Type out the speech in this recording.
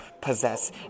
possess